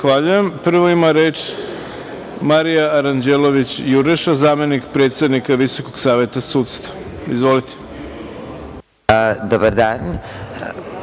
reč? Prvo ima reč Marija Aranđelović Jureša, zamenik predsednika Visokog saveta sudstva. Izvolite. **Marija